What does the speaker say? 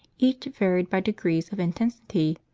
each varied by degrees of intensity,